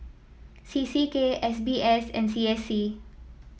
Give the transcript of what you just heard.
C C K S B S and C S C